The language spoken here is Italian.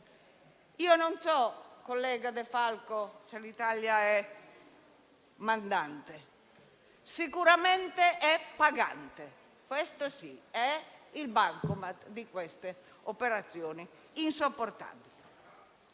Io non so, collega De Falco, se l'Italia è mandante. Sicuramente è pagante, questo sì - è il bancomat di queste operazioni insopportabili